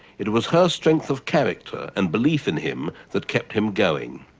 it was her strength of character and belief in him that kept him going.